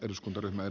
kiitos